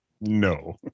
No